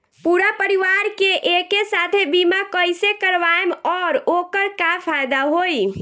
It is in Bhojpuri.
पूरा परिवार के एके साथे बीमा कईसे करवाएम और ओकर का फायदा होई?